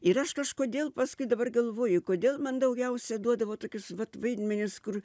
ir aš kažkodėl paskui dabar galvoju kodėl man daugiausia duodavo tokius vat vaidmenis kur